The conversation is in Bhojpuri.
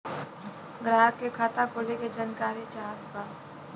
ग्राहक के खाता खोले के जानकारी चाहत बा?